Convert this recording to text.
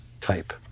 type